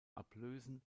ablösen